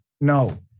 No